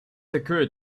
occurred